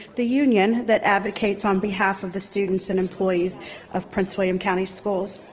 the union that advocates on behalf of the students and employees of prince william county schools.